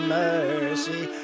mercy